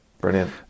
brilliant